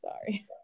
Sorry